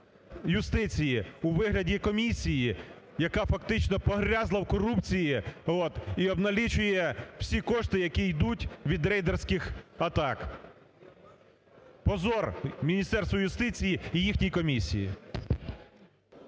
юстиції у вигляді комісії, яка фактично погрязла в корупції, от, і обналічує всі кошти, які йдуть від рейдерських атак. Позор Міністерству юстиції і їхній комісії.